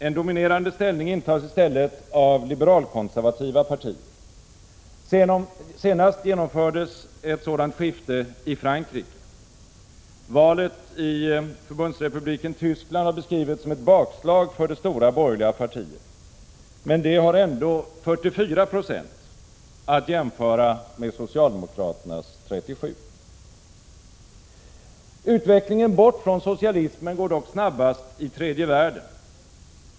En dominerande ställning intas i stället av liberalkonservativa partier. Senast genomfördes ett sådant skifte i Frankrike. Valet i Förbundsrepubliken Tyskland har beskrivits som ett bakslag för det stora borgerliga partiet. Men det har ändå 44 2, att jämföra med socialdemokraternas 37. Utvecklingen bort från socialismen går dock snabbast i tredje världen.